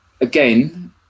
again